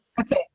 Okay